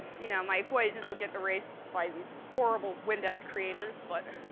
you know, my equations would get erased by these horrible windex creators but,